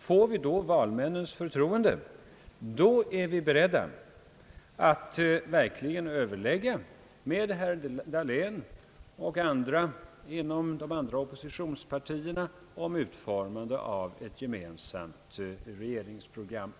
Får vi då valmännens förtroende är vi beredda att verkligen överlägga med herr Dahlén och representanter för de andra oppositionspartierna om utformandet av ett gemensamt regeringsprogram.